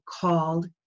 called